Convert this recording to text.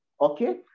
okay